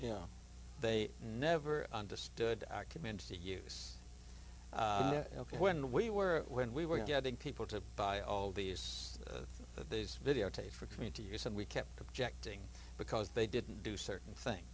you know they never understood commands to use when we were when we were getting people to buy all these of these videotapes for community use and we kept objecting because they didn't do certain